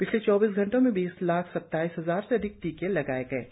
पिछले चौबीस घंटों में बीस लाख सत्ताईस हजार से अधिक टीके लगाए गए हैं